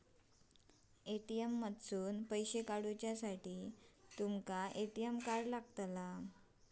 ATM मधसून पैसो काढूसाठी तुमका ए.टी.एम कार्ड लागतला